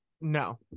No